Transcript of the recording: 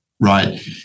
right